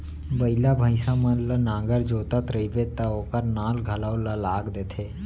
बइला, भईंसा मन ल नांगर जोतत रइबे त ओकर नाल घलौ ल लाग देथे